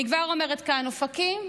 אני כבר אומרת כאן: אופקים,